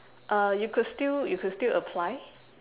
uh you could still you could still apply